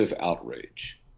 outrage